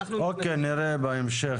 אוקי, נראה בהמשך.